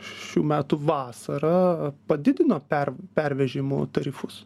šių metų vasarą padidino per pervežimų tarifus